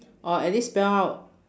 or at least spell out